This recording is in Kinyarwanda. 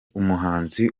umuhanzi